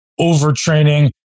overtraining